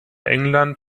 england